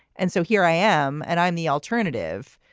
and so here i am and i'm the alternative.